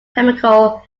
chemical